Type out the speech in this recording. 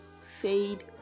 fade